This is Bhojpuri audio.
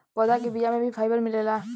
पौधा के बिया में भी फाइबर मिलेला